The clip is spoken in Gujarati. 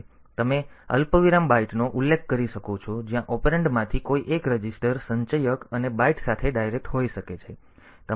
તેથી તમે અલ્પવિરામ બાઈટનો ઉલ્લેખ કરી શકો છો જ્યાં ઓપરેન્ડમાંથી કોઈ એક રજિસ્ટર સંચયક અને બાઈટ સાથે ડાયરેક્ટ હોઈ શકે છે